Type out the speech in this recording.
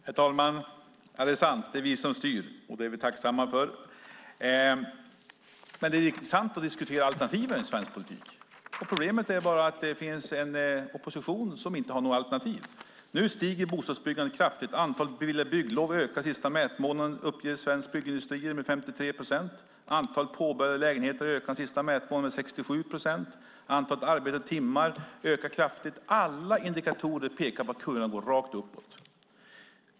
Herr talman! Det är sant att det är vi som styr, och det är vi tacksamma för. Men det är intressant att diskutera alternativen i svensk politik, och problemet är att oppositionen inte har några alternativ. Bostadsbyggandet ökar kraftigt. Antalet bygglov ökade senaste mätmånaden med 53 procent enligt Sveriges Byggindustrier. Antalet påbörjade lägenheter har den senaste mätmånaden ökat med 67 procent, och antalet arbetade timmar ökar kraftigt. Alla indikatorer pekar på att kurvan går rakt uppåt.